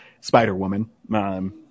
Spider-Woman